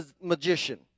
Magician